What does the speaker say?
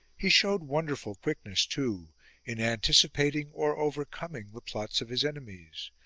he showed wonderful quickness too in anticipating or over coming the plots of his enemies,